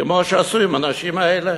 כמו שעשו עם הנשים האלה?